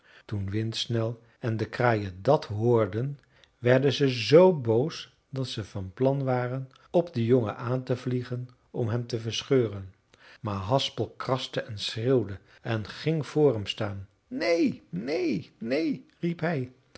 toen windsnel en de kraaien dat hoorden werden ze z boos dat ze van plan waren op den jongen aan te vliegen om hem te verscheuren maar haspel kraste en schreeuwde en ging voor hem staan neen neen neen riep hij